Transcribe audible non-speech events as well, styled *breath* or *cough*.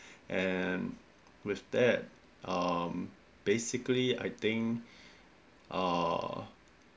*breath* and with that um basically I think *breath* uh